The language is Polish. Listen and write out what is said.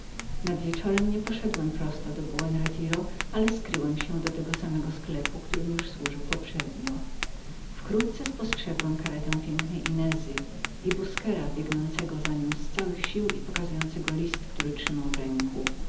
nad wieczorem nie poszedłem prosto do buen retiro ale skryłem się do tego samego sklepu który mi już służył poprzednio wkrótce spostrzegłem karetę pięknej inezy i busquera biegącego za nią z całych sił i pokazującego list który trzymał w ręku